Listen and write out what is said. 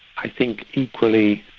i think equally